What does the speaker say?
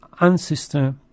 ancestor